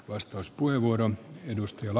arvoisa puhemies